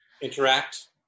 interact